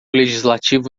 legislativo